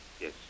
Yes